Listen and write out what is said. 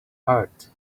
heart